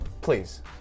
please